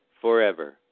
forever